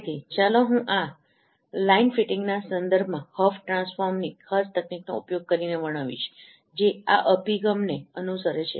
તેથી ચાલો હું આ લાઇન ફિટિંગના સંદર્ભમાં હફ ટ્રાન્સફોર્મની ખાસ તકનીકનો ઉપયોગ કરીને વર્ણવીશ જે આ અભિગમને અનુસરે છે